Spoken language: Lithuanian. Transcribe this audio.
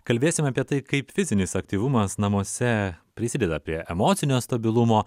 kalbėsim apie tai kaip fizinis aktyvumas namuose prisideda prie emocinio stabilumo